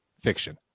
fiction